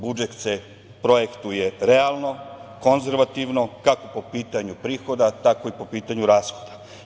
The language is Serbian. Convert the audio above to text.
Budžet se projektuje realno, konzervativno, kako po pitanju prihoda, tako i po pitanju rashoda.